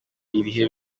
irihe